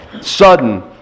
Sudden